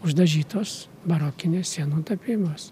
uždažytos barokinės sienų tapybos